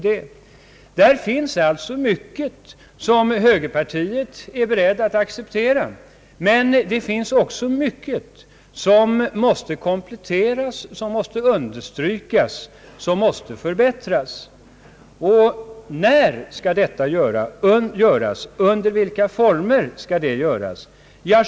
Där finns mycket som högerpartiet är berett att acceptera, men mycket måste också kompletteras, understrykas och förbättras. När och under vilka former skall detta göras?